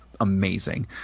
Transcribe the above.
amazing